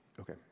Okay